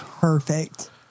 perfect